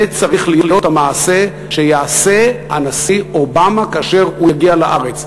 זה צריך להיות המעשה שיעשה הנשיא אובמה כאשר הוא יגיע לארץ.